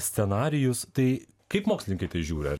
scenarijus tai kaip mokslininkai į tai žiūri